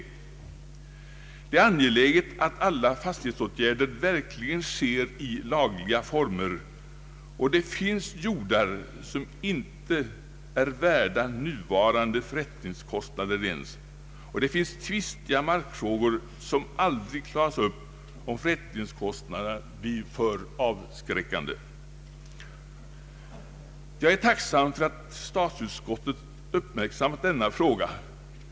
Det är angeläget att alla fastighetsåtgärder verkligen sker i lagliga former. Det finns jordar som inte ens är värda nuvarande förrättningskostnader, och det finns tvistiga markfrågor som aldrig klaras upp om förrättningskostnaderna blir för avskräckande. Jag är tacksam för att statsutskottet uppmärksammat denna fråga.